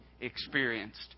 experienced